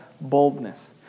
boldness